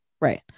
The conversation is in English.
right